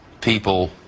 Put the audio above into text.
people